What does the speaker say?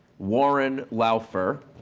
warren laufer.